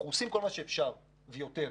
אנחנו עושים כל מה שאפשר וגם יותר,